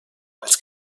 als